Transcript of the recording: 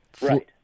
Right